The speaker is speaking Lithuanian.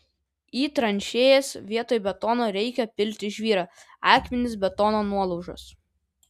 į tranšėjas vietoj betono reikia pilti žvyrą akmenis betono nuolaužas